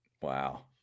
wow